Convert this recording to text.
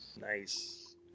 nice